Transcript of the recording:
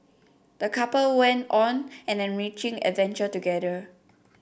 the couple went on an enriching adventure together